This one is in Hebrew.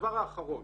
הדבר האחרון